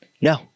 No